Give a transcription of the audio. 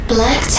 Black